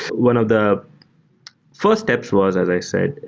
one of the fi rst steps was, as i said,